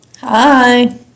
Hi